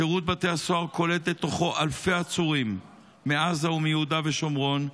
שירות בתי הסוהר קולט לתוכו אלפי עצורים מעזה ומיהודה ושומרון.